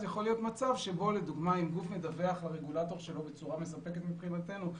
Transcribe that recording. יכול להיות מצב שבו אם גוף מדווח לרגולטור בצורה מספקת מבחינתנו,